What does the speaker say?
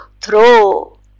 throw